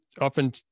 often